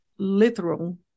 literal